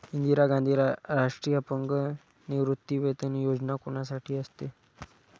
इंदिरा गांधी राष्ट्रीय अपंग निवृत्तीवेतन योजना कोणासाठी असते?